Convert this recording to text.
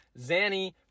Zanny